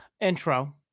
intro